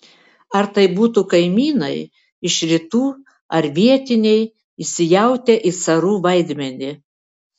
ar tai būtų kaimynai iš rytų ar vietiniai įsijautę į carų vaidmenį